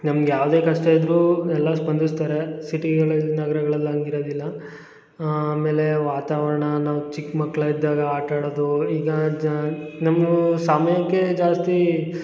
ನಮ್ಗೆ ಯಾವುದೇ ಕಷ್ಟ ಇದ್ದರೂ ಎಲ್ಲಾ ಸ್ಪಂದಿಸ್ತಾರೆ ಸಿಟಿಗಳಲ್ಲಿ ನಗರಗಳಲ್ಲಿ ಹಂಗೆ ಇರದಿಲ್ಲ ಆಮೇಲೆ ವಾತಾವರ್ಣ ನಾವು ಚಿಕ್ಕ ಮಕ್ಳು ಇದ್ದಾಗ ಆಟಾಡೋದು ಈಗ ಜ ನಮ್ಮ ಸಮಯಕ್ಕೆ ಜಾಸ್ತಿ